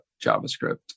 javascript